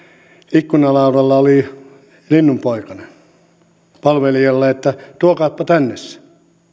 ikkunalaudalla oli linnunpoikanen palvelijalle että tuokaapa tänne se